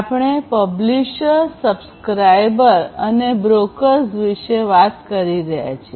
આપણે publisher subscribers અને brokers વિશે વાત કરી રહ્યા છીએ